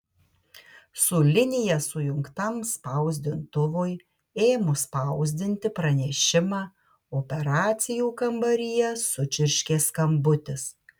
su linija sujungtam spausdintuvui ėmus spausdinti pranešimą operacijų kambaryje sučirškė skambutis